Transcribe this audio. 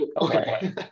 Okay